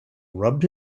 rubbed